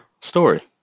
story